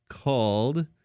called